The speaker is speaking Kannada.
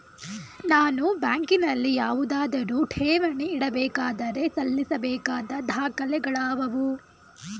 ನಾನು ಬ್ಯಾಂಕಿನಲ್ಲಿ ಯಾವುದಾದರು ಠೇವಣಿ ಇಡಬೇಕಾದರೆ ಸಲ್ಲಿಸಬೇಕಾದ ದಾಖಲೆಗಳಾವವು?